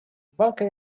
walkę